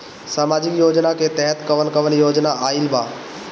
सामाजिक योजना के तहत कवन कवन योजना आइल बा?